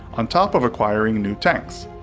on top of acquiring new tanks.